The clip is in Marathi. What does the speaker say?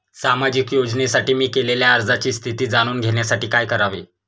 सामाजिक योजनेसाठी मी केलेल्या अर्जाची स्थिती जाणून घेण्यासाठी काय करावे?